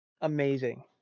amazing